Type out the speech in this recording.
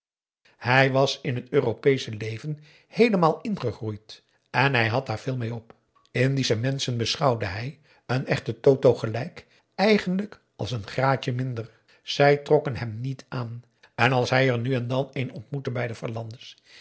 hij was in het europeesche leven heelemaal ingegroeid en hij had daar veel mee op indische menschen beschouwde hij een echten totoh gelijk eigenlijk als een graadje minder zij trokken hem niet aan en als hij er nu en dan een ontmoette bij de